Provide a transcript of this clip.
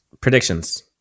Predictions